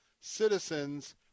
citizens